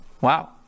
Wow